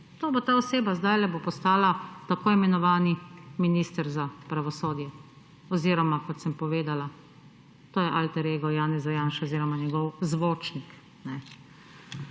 to bo ta oseba sedajle bo postala tako imenovani minister za pravosodje oziroma kot sem povedala, to je alter ego Janeza Janše oziroma njegov zvočnik.